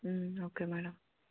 okay madam